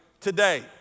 today